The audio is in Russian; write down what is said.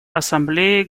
ассамблее